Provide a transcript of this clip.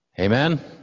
Amen